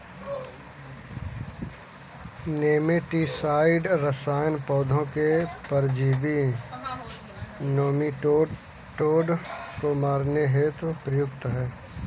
nematicide रसायन पौधों के परजीवी नोमीटोड को मारने हेतु प्रयुक्त होता है